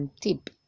Tip